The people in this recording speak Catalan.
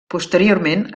posteriorment